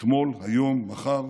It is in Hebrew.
אתמול, היום, מחר,